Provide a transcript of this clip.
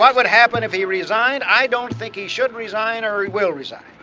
would happen if he resigned, i don't think he should resign or he will resign!